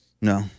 No